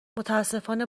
متاسفانه